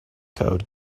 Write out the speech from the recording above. code